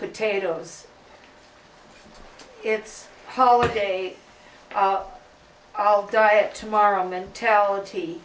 potatoes it's holiday i'll diet tomorrow mentality